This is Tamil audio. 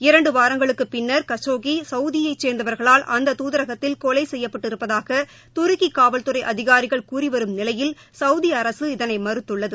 இரண்டு வாரங்களுக்குப் பின்னர் கசோஹி சவுதியை சேர்ந்தவர்களால் அந்த துதரகத்தில் கொலை செய்யப்பட்டிருப்பதாக துருக்கி காவல்துறை அதிகாரிகள் கூறிவரும் நிலையில் சவுதி அரசு இதனை மறுத்துள்ளது